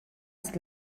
ist